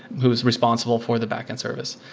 who is responsible for the backend service.